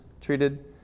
treated